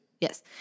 Yes